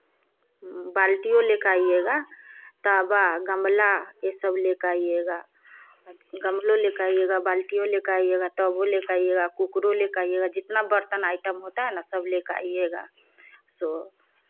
बाल्टियों लेकर आईएगा तावा गमला यह सब लेकर आईएगा गमलों लेकर आईएगा बाल्टियों लेकर आईएगा तवो लेकर आईएगा कूकरो लेकर आईएगा जितना बर्तन आइटम होता है न सब लेकर आईएगा सो